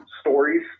stories